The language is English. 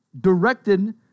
directed